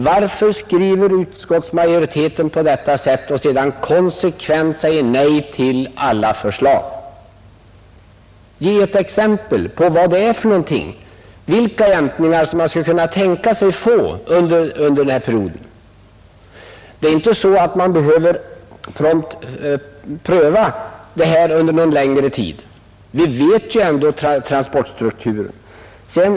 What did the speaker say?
Varför skriver utskottsmajoriteten på detta sätt för att sedan konsekvent säga nej till alla förslag? Ge ett exempel på vilka jämkningar man skulle kunna tänkas få under denna period! Man behöver inte pröva systemet under någon längre tid. Vi vet ju vilken transportstruktur vi har.